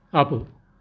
ఆపు